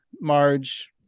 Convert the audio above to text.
Marge